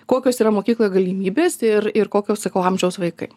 kokios yra mokykloj galimybės ir ir kokio sakau amžiaus vaikai